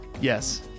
Yes